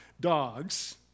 dogs